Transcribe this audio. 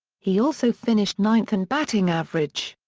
he also finished ninth in batting average.